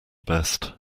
best